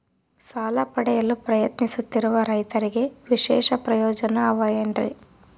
ಸಾಲ ಪಡೆಯಲು ಪ್ರಯತ್ನಿಸುತ್ತಿರುವ ರೈತರಿಗೆ ವಿಶೇಷ ಪ್ರಯೋಜನ ಅವ ಏನ್ರಿ?